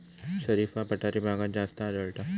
शरीफा पठारी भागात जास्त आढळता